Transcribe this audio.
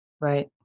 Right